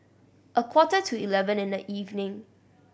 a quarter to eleven in the evening